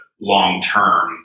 long-term